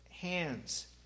Hands